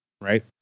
right